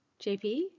jp